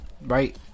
right